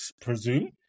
presume